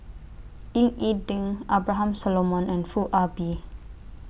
Ying E Ding Abraham Solomon and Foo Ah Bee